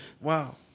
wow